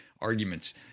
arguments